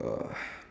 uh